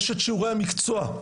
יש את שיעורי המקצוע,